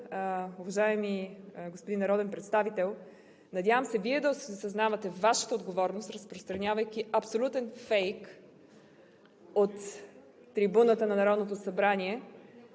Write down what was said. уважаеми господин народен представител, надявам се Вие да осъзнавате Вашата отговорност, разпространявайки абсолютен фейк от трибуната на Народното събрание